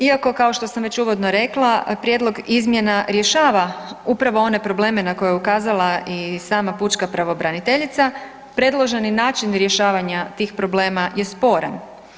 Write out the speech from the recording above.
Iako kao što sam već uvodno rekla prijedlog izmjena rješava upravo one probleme na koje je ukazala i sama pučka pravobraniteljica predloženi način rješavanja tih problema je sporan.